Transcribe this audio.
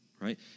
right